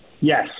Yes